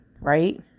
right